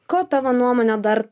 ko tavo nuomone dar